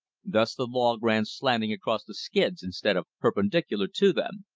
thus the log ran slanting across the skids instead of perpendicular to them.